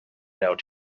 out